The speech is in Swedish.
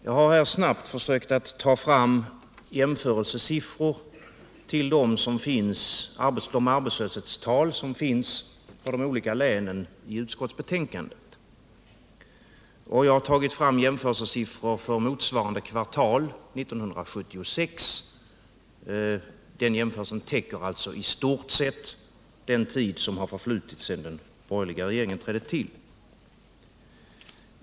Jag har här snabbt försökt ta fram jämförelsesiffror för motsvarande kvartal 1976 till de arbetslöshetstal som finns redovisade för de olika länen i utskottsbetänkandet. Jämförelsen täcker alltså i stort sett den tid som har förflutit sedan den borgerliga regeringen trädde till.